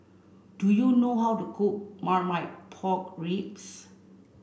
do you know how to cook Marmite Pork Ribs